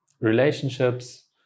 relationships